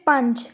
ਪੰਜ